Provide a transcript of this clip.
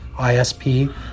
ISP